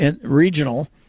regional